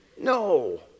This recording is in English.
No